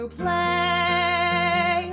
play